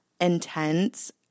intense